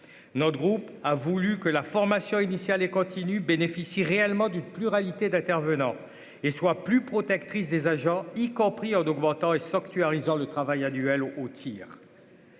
notre groupe a voulu que la formation initiale et continue, bénéficient réellement d'une pluralité d'intervenants et soient plus protectrices des agents, y compris en augmentant et sanctuarisant le travail duel au au